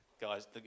guys